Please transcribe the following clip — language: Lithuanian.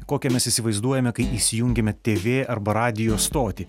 kokią mes įsivaizduojame kai įsijungiame tv arba radijo stotį